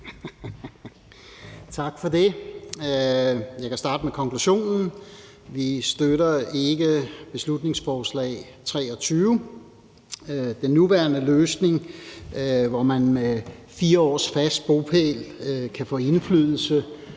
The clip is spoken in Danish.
Tak for det. Jeg kan starte med konklusionen: Vi støtter ikke beslutningsforslag B 23. Den nuværende løsning, hvor man med 4 års fast bopæl kan få indflydelse